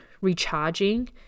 recharging